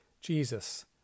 Jesus